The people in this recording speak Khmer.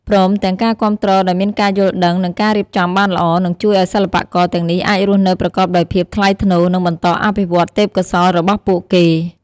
ព្រមទាំងការគាំទ្រដោយមានការយល់ដឹង និងការរៀបចំបានល្អ នឹងជួយឱ្យសិល្បករទាំងនេះអាចរស់នៅប្រកបដោយភាពថ្លៃថ្នូរ និងបន្តអភិវឌ្ឍទេពកោសល្យរបស់ពួកគេ។